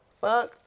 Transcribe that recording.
Fuck